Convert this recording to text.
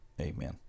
Amen